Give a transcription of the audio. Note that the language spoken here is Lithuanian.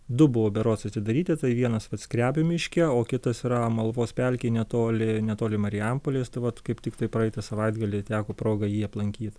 du buvo berods atidaryti tai vienas vat skrebių miške o kitas yra amalvos pelkėj netoli netoli marijampolės tai vat kaip tiktai praeitą savaitgalį teko proga jį aplankyt